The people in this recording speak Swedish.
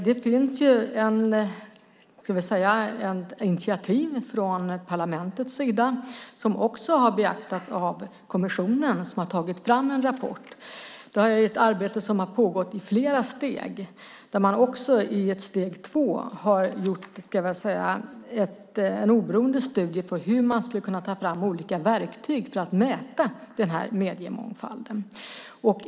Det finns ett initiativ från parlamentets sida som också har beaktats av kommissionen, som har tagit fram en rapport. Det är ett arbete som har pågått i flera steg, där man i steg två har gjort en oberoende studie av hur man ska kunna ta fram olika verktyg för att mäta mediemångfalden.